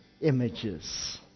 images